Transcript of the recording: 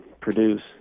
produce